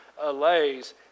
allays